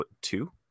two